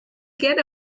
get